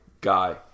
guy